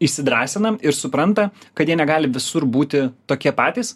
įsidrąsina ir supranta kad jie negali visur būti tokie patys